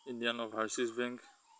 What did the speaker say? Indian overseas bank